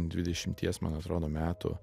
dvidešimties man atrodo metų